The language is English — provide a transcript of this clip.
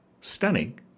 stunning